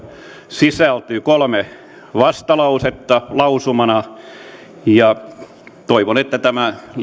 sisältyy kolme vastalausetta lausumineen ja toivon että lisätalousarvio